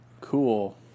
Cool